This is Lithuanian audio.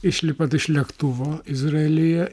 išlipant iš lėktuvo izraelyje